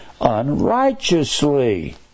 unrighteously